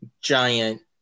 giant